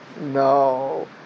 no